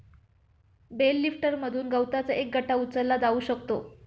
bell लिफ्टरमधून गवताचा एक गठ्ठा उचलला जाऊ शकतो